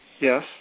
Yes